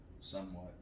Somewhat